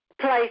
place